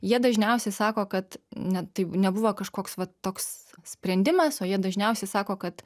jie dažniausiai sako kad ne tai nebuvo kažkoks vat toks sprendimas o jie dažniausiai sako kad